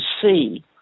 see